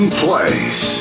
place